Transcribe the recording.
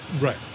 Right